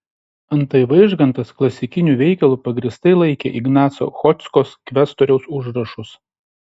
antai vaižgantas klasikiniu veikalu pagrįstai laikė ignaco chodzkos kvestoriaus užrašus